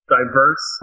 diverse